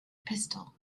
pistol